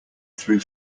through